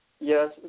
Yes